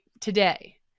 today